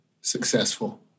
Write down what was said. successful